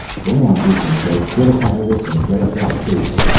go on, jason said. get us out of this, and get us out safely.